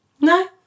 no